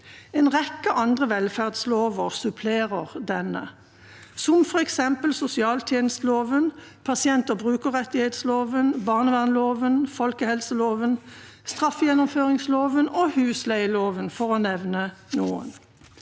En rekke andre velferdslover supplerer denne, som f.eks. sosialtjenesteloven, pasient- og brukerrettighetsloven, barnevernloven, folkehelseloven, straffegjennomføringsloven og husleieloven – for å nevne noen.